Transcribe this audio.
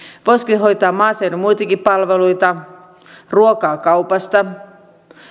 voisiko se hoitaa maaseudun muitakin palveluita ruokaa kaupasta